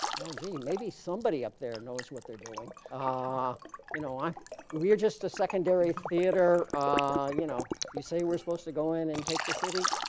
well gee maybe somebody up there knows what they're doing ah you know i we're just a secondary theater ah you know you say we're supposed to go in and take the city